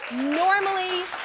normally,